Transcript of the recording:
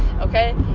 Okay